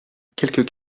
quelques